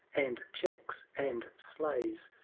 and checks, and slays,